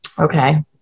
okay